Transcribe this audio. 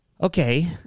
Okay